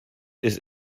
ist